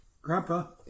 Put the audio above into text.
Grandpa